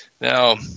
Now